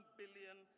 billion